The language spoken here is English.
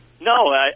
No